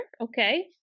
Okay